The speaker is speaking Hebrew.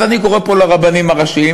אז אני קורא פה לרבנים הראשיים: